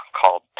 called